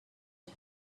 had